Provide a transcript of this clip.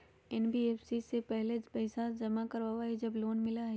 NBFC पहले पईसा जमा करवहई जब लोन मिलहई?